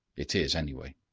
it is, anyway.